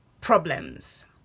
problems